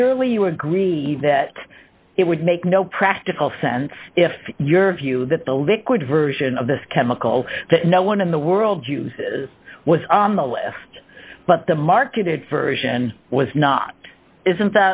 surely you agree that it would make no practical sense if your view that the liquid version of this chemical that no one in the world uses was on the list but the marketed version was not isn't